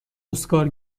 اسکار